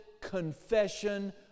confession